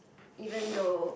even though